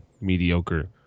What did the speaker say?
mediocre